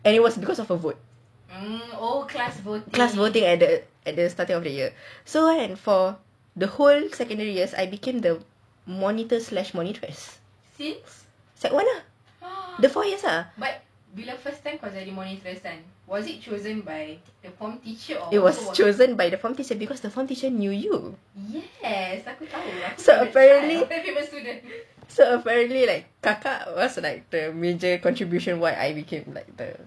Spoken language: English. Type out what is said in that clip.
and it was because of a vote class voting at the starting of the year so right for the whole secondary years I became the monitor slash monitress secondary one lah the four years lah it was chosen by the form teacher because the form teacher knew you so apparently so apparently like kakak was the major contribution why I became like the